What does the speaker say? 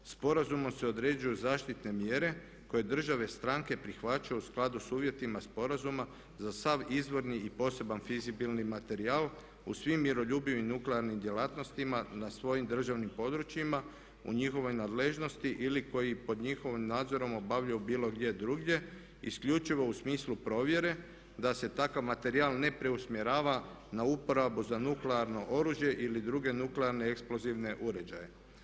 Sporazumom se određuju zaštitne mjere koje države stranke prihvaćaju u skladu sa uvjetima sporazuma za sav izvorni i poseban vizibilni materijal u svim miroljubivim nuklearnim djelatnostima na svojim državnim područjima, u njihovoj nadležnosti ili koji pod njihovim nadzorom obavljaju bilo gdje drugdje isključivo u smislu provjere da se takav materijal ne preusmjerava na uporabu za nuklearno oružje ili druge nuklearne uređaje.